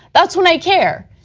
that is when i care.